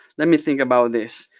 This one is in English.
let me think about this.